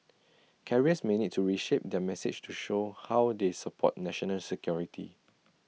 carriers may need to reshape their message to show how they support national security